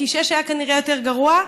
כי 6 היה כנראה יותר גרוע.